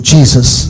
Jesus